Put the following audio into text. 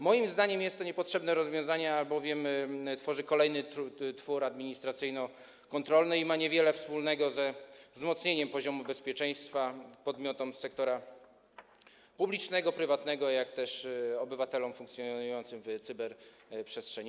Moim zdaniem jest to niepotrzebne rozwiązanie, albowiem tworzy kolejny twór administracyjnokontrolny i ma niewiele wspólnego ze wzmocnieniem poziomu bezpieczeństwa podmiotów sektora publicznego, prywatnego, jak też obywateli funkcjonujących w cyberprzestrzeni.